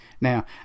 Now